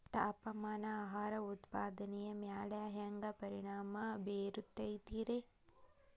ತಾಪಮಾನ ಆಹಾರ ಉತ್ಪಾದನೆಯ ಮ್ಯಾಲೆ ಹ್ಯಾಂಗ ಪರಿಣಾಮ ಬೇರುತೈತ ರೇ?